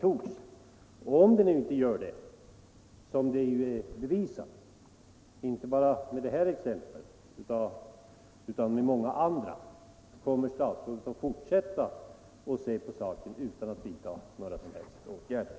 Och om den nu inte gör det — vilket är bevisat inte bara med detta utan med många andra exempel - kommer statsrådet då att även i fortsättningen bara se på denna sak utan att vidta några som helst åtgärder?